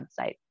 website